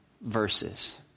verses